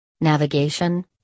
Navigation